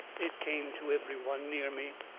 it came to every one. near me,